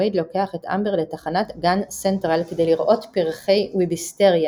וייד לוקח את אמבר לתחנת גן סנטרל כדי לראות פרחי ויביסטריה,